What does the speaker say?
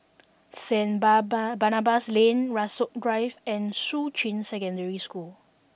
Saint bar bar Barnabas Lane Rasok Drive and Shuqun Secondary School